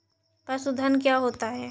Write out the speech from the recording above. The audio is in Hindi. पशुधन क्या होता है?